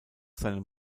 seinem